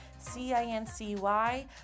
C-I-N-C-Y